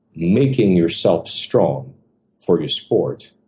making yourself strong for your sport,